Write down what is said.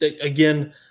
again